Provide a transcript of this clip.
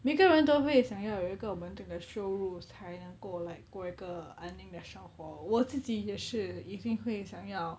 每个人都会想要有一个稳定的收入才能够 like 过一个安宁的生活我自己也是一定会想要